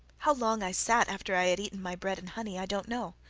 how long i sat after i had eaten my bread and honey, i don't know.